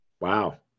Wow